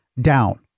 down